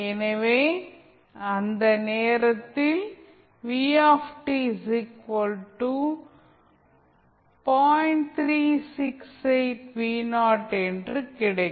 எனவே அந்த நேரத்தில் என்று கிடைக்கும்